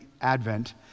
Advent